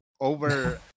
over